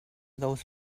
those